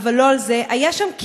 היה שם כמעט אסון.